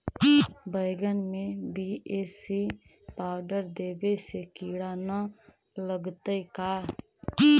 बैगन में BAC powder देबे से किड़ा न लगतै का?